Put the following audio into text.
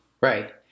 Right